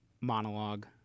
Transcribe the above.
monologue